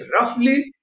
roughly